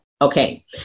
Okay